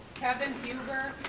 kevin huber.